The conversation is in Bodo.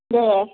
दे